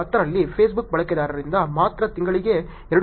2010 ರಲ್ಲಿ ಫೇಸ್ಬುಕ್ ಬಳಕೆದಾರರಿಂದ ಮಾತ್ರ ತಿಂಗಳಿಗೆ 2